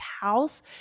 house